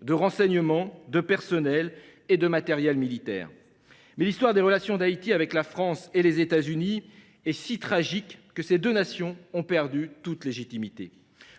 de renseignement, de personnel et de matériel militaire. Toutefois, l’histoire des relations d’Haïti avec la France et les États Unis est si tragique que ces deux nations ont perdu toute légitimité